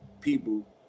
people